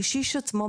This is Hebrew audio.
הקשיש עצמו,